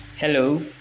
Hello